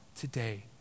today